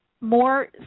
more